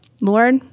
Lord